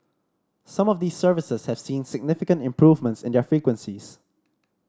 some of these services have seen significant improvements in their frequencies